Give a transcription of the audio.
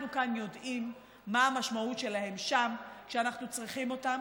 אנחנו כאן יודעים מה המשמעות שלהם שם כשאנחנו צריכים אותם,